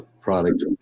product